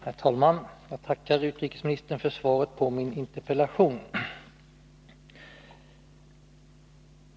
Herr talman! Jag tackar utrikesministern för svaret på min interpellation.